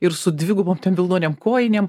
ir su dvigubom vilnonėm kojinėm